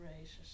races